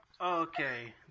Okay